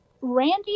Randy